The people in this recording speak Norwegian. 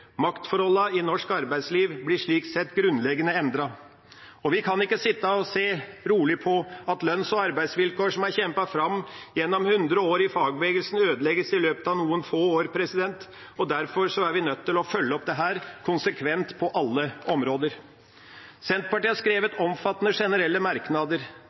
i Norge. Maktforholdene i norsk arbeidsliv blir slik sett grunnleggende endret. Vi kan ikke sitte rolig og se på at lønns- og arbeidsvilkår som er kjempet fram gjennom 100 år i fagbevegelsen, ødelegges i løpet av noen få år. Derfor er vi nødt til å følge opp dette konsekvent på alle områder. Senterpartiet har skrevet omfattende generelle merknader.